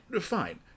fine